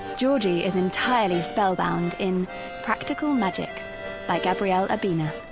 georgie is entirely spellbound, in practical magic by gabriel urbina.